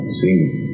sing